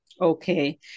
Okay